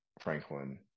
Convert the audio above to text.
franklin